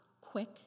quick